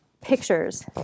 pictures